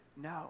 no